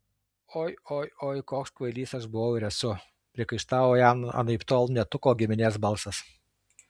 oi oi oi koks kvailys aš buvau ir esu priekaištavo jam anaiptol ne tuko giminės balsas